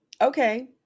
Okay